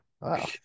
Wow